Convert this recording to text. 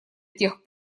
тех